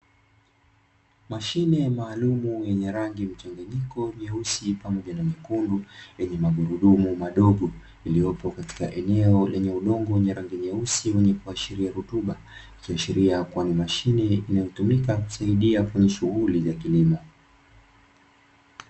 Mashine maalumu yenye rangi mchanganyiko nyeusi pamoja na nyekundu, yenye magurudmu madogo iliyopo katika eneo lenye udongo wenye rangi nyeusi wenye kuashiria rutuba, ikiashiria kuwa ni mashine inayotumika kusaidia kwenye shughuli za kilimo.